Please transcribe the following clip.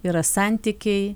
yra santykiai